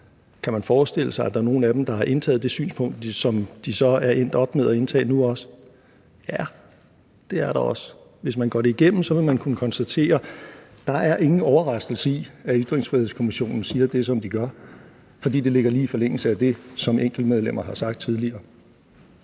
Kan man forestille sig, at der er nogen af dem, der har indtaget det synspunkt, som de også er endt med at indtage nu? Ja, det er der også. Hvis man går det igennem, vil man kunne konstatere, at der ikke er nogen overraskelse i, at Ytringsfrihedskommissionen siger det, som de gør, for det ligger lige i forlængelse af det, som enkeltmedlemmer har sagt tidligere.